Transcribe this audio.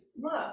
look